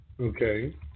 Okay